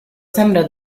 sembra